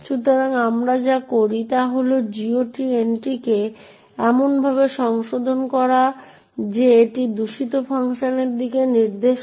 সুতরাং আমরা যা করি তা হল GOT এন্ট্রিকে এমনভাবে সংশোধন করা যে এটি দূষিত ফাংশনের দিকে নির্দেশ করে